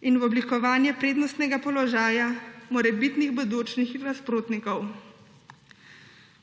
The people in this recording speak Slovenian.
in v oblikovanje prednostnega položaja morebitnih bodočih nasprotnikov.